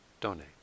donate